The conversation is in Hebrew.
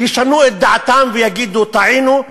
ישנו את דעתם ויגידו: טעינו.